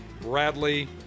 Bradley